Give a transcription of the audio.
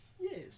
Yes